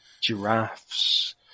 giraffes